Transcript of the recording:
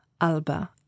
Alba